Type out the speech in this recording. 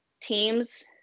teams